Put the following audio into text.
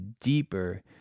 deeper